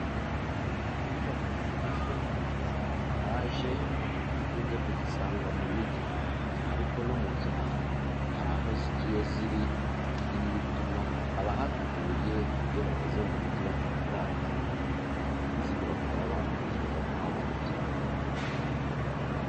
Inyubako zigezweho za etaja dukunze kuzisanga mu migi ariko no mu byaro hari aho zigiye ziri, ibi bituma abahatuye iyo bageze mu migi batarangara cyane kuko izi nyubako baba baranazibonye iwabo mu byaro.